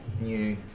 new